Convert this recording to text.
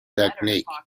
technique